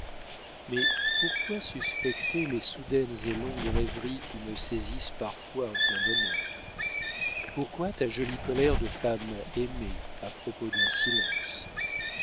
mais pourquoi suspecter les soudaines et longues rêveries qui me saisissent parfois en plein bonheur pourquoi ta jolie colère de femme aimée à propos d'un silence